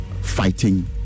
fighting